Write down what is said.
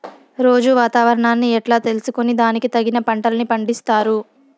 రోజూ వాతావరణాన్ని ఎట్లా తెలుసుకొని దానికి తగిన పంటలని పండిస్తారు?